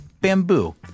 bamboo